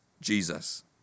Jesus